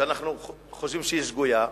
שאנחנו חושבים שהיא שגויה,